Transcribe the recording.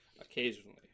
Occasionally